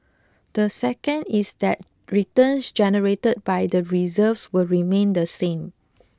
the second is that returns generated by the reserves will remain the same